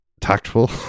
tactful